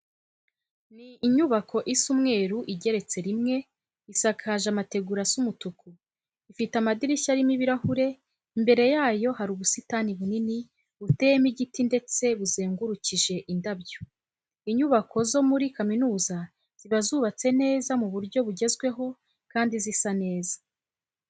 Ni inyubako isa umweru igeretse rimwe, isakaje amategura asa umutuku, ifite amadirishya arimo ibirahure. Imbere yayo hari ubusitani bunini buteyemo igiti ndetse buzengurukishije indabyo. Inyubako zo muri kaminuza ziba zubatse neza mu buryo bugezweho kandi zisa neza.